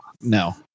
no